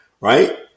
right